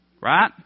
Right